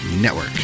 network